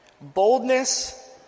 Boldness